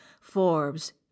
Forbes